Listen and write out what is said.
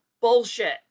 bullshit